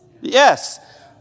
Yes